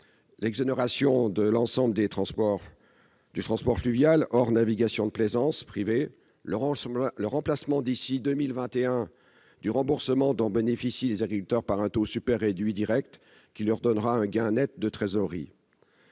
l'exonération de l'ensemble du transport fluvial hors navigation de plaisance privée ; le remplacement, d'ici à 2021, du remboursement dont bénéficiaient les agriculteurs par un taux super réduit direct, qui leur donnera un gain net de trésorerie.